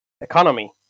economy